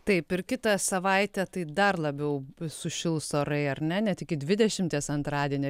taip ir kitą savaitę tai dar labiau sušils orai ar net iki dvidešimties antradienį